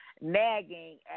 nagging